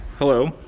hello,